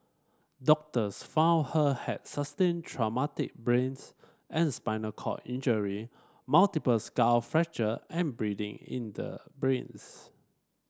doctors found her had sustained traumatic brains and spinal cord injury multiple skull fracture and bleeding in the brains